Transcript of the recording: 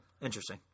Interesting